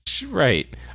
Right